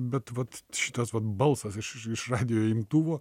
bet vat šitas vat balsas iš iš radijo imtuvo